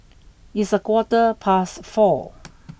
its a quarter past four